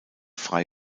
frei